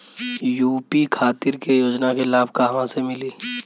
UP खातिर के योजना के लाभ कहवा से मिली?